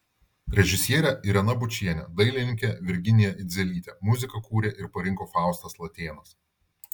režisierė irena bučienė dailininkė virginija idzelytė muziką kūrė ir parinko faustas latėnas